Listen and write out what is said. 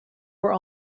were